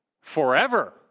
forever